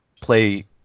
play